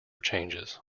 changes